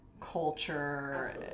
culture